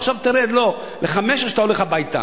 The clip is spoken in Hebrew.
עכשיו תרד ל-5,000 או שאתה הולך הביתה.